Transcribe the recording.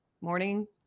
morning